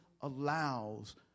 allows